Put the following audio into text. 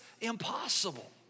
impossible